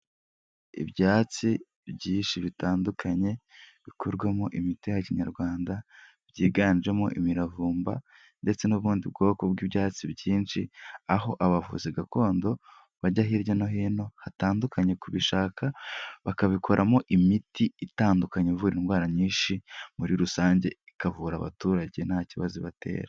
Ibyatsi byinshi bitandukanye bikorwamo imiti ya kinyarwanda byiganjemo imiravumba ndetse n'ubundi bwoko bw'ibyatsi byinshi aho abavuzi gakondo bajya hirya no hino hatandukanye kubishaka bakabikoramo imiti itandukanye ivura indwara nyinshi muri rusange ikavura abaturage nta kibazo ibatera.